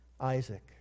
Isaac